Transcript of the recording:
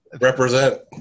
Represent